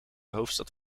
hoofdstad